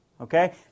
okay